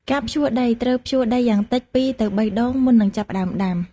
ការភ្ជួររាស់ ត្រូវភ្ជួរដីយ៉ាងតិច ២ ទៅ ៣ ដង មុននឹងចាប់ផ្តើមដាំ។